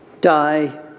die